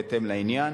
בהתאם לעניין,